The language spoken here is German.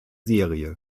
serie